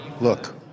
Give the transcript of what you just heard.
Look